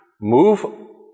move